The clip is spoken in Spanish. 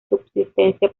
subsistencia